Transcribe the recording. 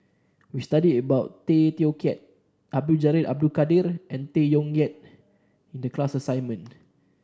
we studied about Tay Teow Kiat Abdul Jalil Abdul Kadir and Tay Koh Yat in the class assignment